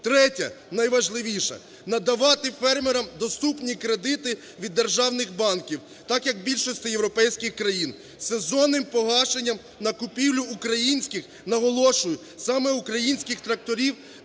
Третє, найважливіше, надавати фермерам доступні кредити від державних банків, так як у більшості європейських країн сезонним погашенням на купівлю українських, наголошую, саме українських тракторів